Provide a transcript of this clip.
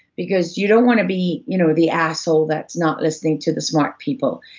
because you don't want to be you know the asshole that's not listening to the smart people,